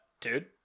dude